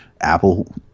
Apple